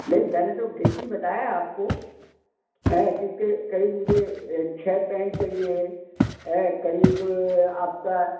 नहीं मैंने तो गिनती बताया आपको हें कि कि क़रीब मुझे छः पेन चाहिए है ए क़रीब आप का